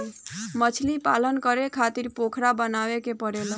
मछलीपालन करे खातिर पोखरा बनावे के पड़ेला